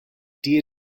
dear